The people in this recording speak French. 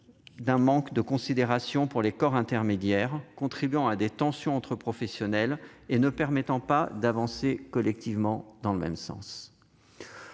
d'un manque de considération pour les corps intermédiaires, contribuant à des tensions entre professionnels et ne permettant pas d'avancer collectivement dans le même sens.